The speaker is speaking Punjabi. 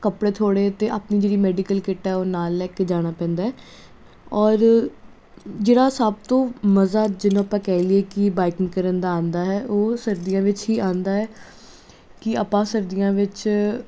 ਕੱਪੜੇ ਥੋੜ੍ਹੇ ਅਤੇ ਆਪਣੀ ਜਿਹੜੀ ਮੈਡੀਕਲ ਕਿੱਟ ਆ ਉਹ ਨਾਲ ਲੈ ਕੇ ਜਾਣਾ ਪੈਂਦਾ ਔਰ ਜਿਹੜਾ ਸਭ ਤੋਂ ਮਜ਼ਾ ਜਿਹਨੂੰ ਆਪਾਂ ਕਹਿ ਲਈਏ ਕਿ ਬਾਈਕਿੰਗ ਕਰਨ ਦਾ ਆਉਂਦਾ ਹੈ ਉਹ ਸਰਦੀਆਂ ਵਿੱਚ ਹੀ ਆਉਂਦਾ ਹੈ ਕਿ ਆਪਾਂ ਸਰਦੀਆਂ ਵਿੱਚ